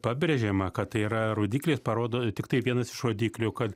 pabrėžiama kad tai yra rodiklis parodo tiktai vienas iš rodiklių kad